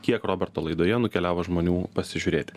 kiek roberto laidoje nukeliavo žmonių pasižiūrėti